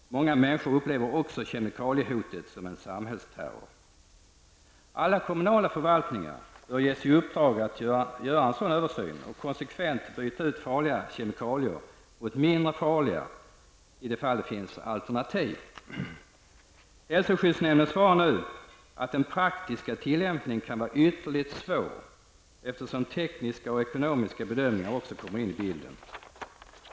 Många människor upplever också kemikaliehotet såsom en samhällsterror. Alla kommunala förvaltningar bör ges i uppdrag att göra en sådan översyn och konsekvent byta ut farliga kemikalier mot mindre farliga i det fall det finns alternativ. Hälsoskyddsnämnden svarar nu att den praktiska tillämpningen kan vara ytterligt svår, eftersom också tekniska och ekonomiska bedömningar kommer in i bilden.